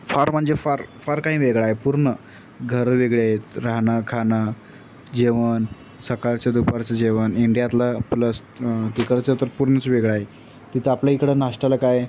फार म्हणजे फार फार काही वेगळं आहे पूर्ण घरं वेगळी आहेत राहणं खाणं जेवण सकाळचं दुपारचं जेवण इंडियातलं प्लस तिकडचं तर पूर्णच वेगळं आहे तिथं आपल्या इकडं नाश्ताला काय